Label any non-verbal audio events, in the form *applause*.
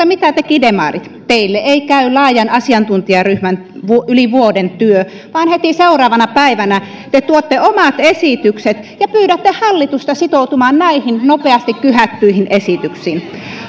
*unintelligible* mitä tekivät demarit teille ei käy laajan asiantuntijaryhmän yli vuoden työ vaan heti seuraavana päivänä te tuotte omat esitykset ja pyydätte hallitusta sitoutumaan näihin nopeasti kyhättyihin esityksiin